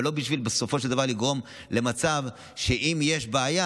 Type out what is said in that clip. אבל לא בשביל לגרום בסופו של דבר למצב שבו אם יש בעיה,